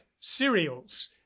cereals